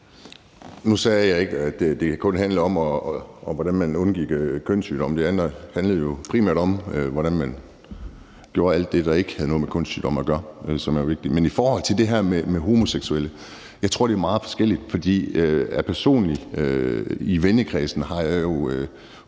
Nu sagde jeg ikke, at det kun handlede om, hvordan man undgik kønssygdomme. Det handlede jo primært om, hvordan man gør alt det, der ikke har noget med kønssygdomme at gøre, men som er vigtigt. Men i forhold til det her med homoseksuelle vil jeg sige, at jeg tror, det er meget forskelligt. I min vennekreds